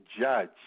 judge